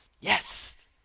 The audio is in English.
Yes